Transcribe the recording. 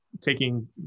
taking